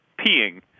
peeing